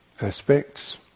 aspects